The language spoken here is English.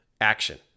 action